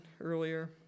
earlier